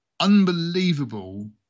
unbelievable